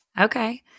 Okay